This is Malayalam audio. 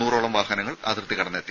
നൂറോളം വാഹനത്തിൽ അതിർത്തി കടന്നെത്തി